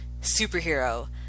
superhero